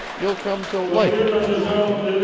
you'll come to like it, i'm thinking.